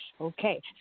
Okay